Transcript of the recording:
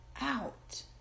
out